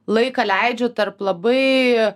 laiką leidžiu tarp labai